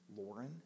Lauren